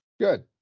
Good